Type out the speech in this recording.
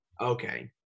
Okay